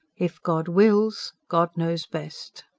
if god wills. god knows best.